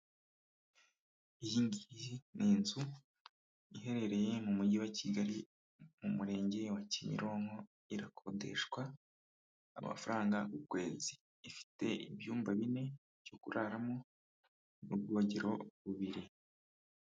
Iyingiyi ni inzu iherereye mu mujyi wa Kigali mu murenge wa Kimironko irakodeshwa amafaranga ku kwezi, ifite ibyumba bine byo kuraramo n'ubwogero bubiri.